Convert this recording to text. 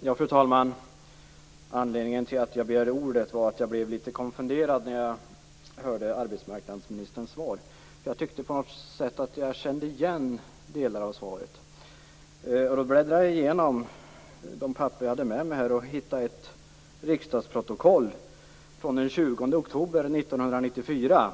Fru talman! Anledningen till att jag begärde ordet var att jag blev litet konfunderad när jag hörde arbetsmarknadsministerns svar. Jag tyckte på något sätt att jag kände igen delar av svaret. Då bläddrade jag igenom de papper som jag hade med mig och hittade ett riksdagsprotokoll från den 20 oktober 1994,